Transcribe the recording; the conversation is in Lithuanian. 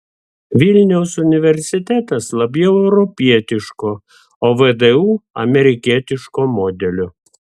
vilniaus universitetas labiau europietiško o vdu amerikietiško modelio